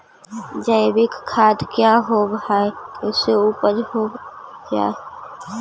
जैविक खाद क्या होब हाय कैसे उपज हो ब्हाय?